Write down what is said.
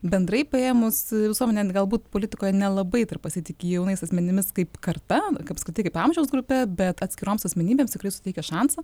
bendrai paėmus visuomėnen galbūt politikoje nelabai pasitiki jaunais asmenimis kaip karta apskritai kaip amžiaus grupe bet atskiroms asmenybėms tikrai suteikia šansą